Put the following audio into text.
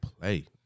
play